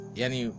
yani